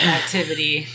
activity